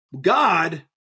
God